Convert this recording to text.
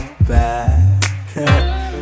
back